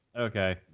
Okay